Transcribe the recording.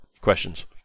questions